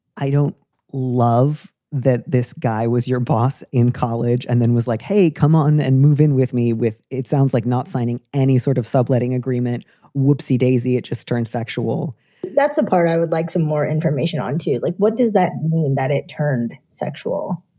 i don't love that this guy was your boss in college and then was like, hey, come on and move in with me with. it sounds like not signing any sort of subletting agreement would see daisy. it just turned sexual that's a part i would like some more information on to like. what does that mean? that it turned sexual?